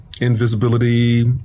Invisibility